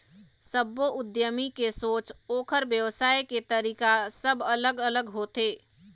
सब्बो उद्यमी के सोच, ओखर बेवसाय के तरीका सब अलग अलग होथे